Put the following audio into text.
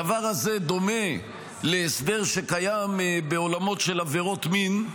הדבר הזה דומה להסדר שקיים בעולמות של עבירות מין,